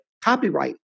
copyright